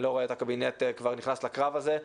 אני לא רואה את הקבינט כבר נכנס לקרב הזה,